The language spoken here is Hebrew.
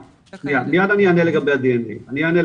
מייד אני יענה לגבי הדנ”א,